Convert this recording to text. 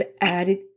added